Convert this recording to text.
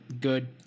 good